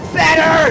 better